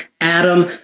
Adam